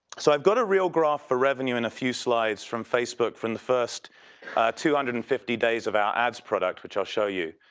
so i've got a real graph for revenue in a few slides from facebook from the first two hundred and fifty days of our ads products, which i'll show you.